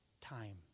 time